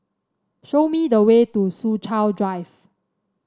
show me the way to Soo Chow Drive